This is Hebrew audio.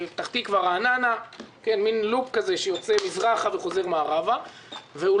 רואה אם הוא יצא או לא יצא ונותן קנסות זה לא